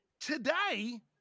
today